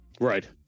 right